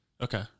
okay